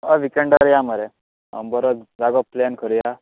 हय विकेंडाक या मरे बरो जागो प्लॅन करुया